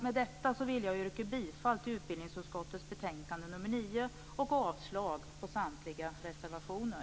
Med detta vill jag yrka bifall till hemställan i utbildningsutskottets betänkande 9 och avslag på samtliga reservationer.